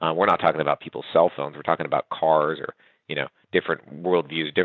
um we're not talking about people's cellphones. we're talking about cars or you know different worldviews,